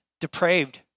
depraved